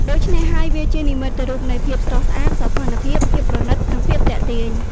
ដូច្នេះហើយ វាជានិមិត្តរូបនៃ ភាពស្រស់ស្អាត សោភ័ណភាព ភាពប្រណិត និង ភាពទាក់ទាញ។